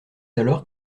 alors